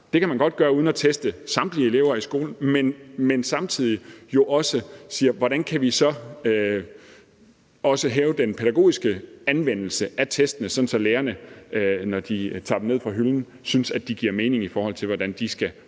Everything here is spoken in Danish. det kan man godt gøre uden at teste samtlige elever i skolen – men samtidig jo også siger: Hvordan kan vi så også løfte den pædagogiske anvendelse af testene, så lærerne, når de tager dem ned fra hylden, synes, at de giver mening, i forhold til hvordan de skal